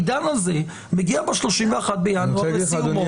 העידן הזה מגיע ב-31 בינואר לסיומו.